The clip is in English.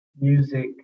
music